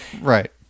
right